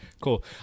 cool